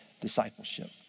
discipleship